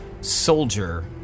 soldier